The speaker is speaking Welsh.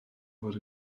fod